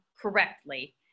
correctly